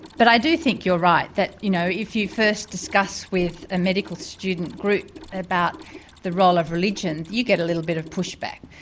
but i do think you're right that, you know, if you first discuss with a medical student group about the role of religion, you get a little bit of push back.